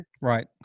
Right